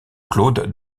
claude